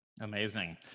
Amazing